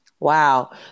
Wow